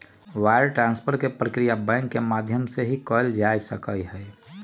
wire transfer के प्रक्रिया bank के माध्यम से ही कइल जा सका हई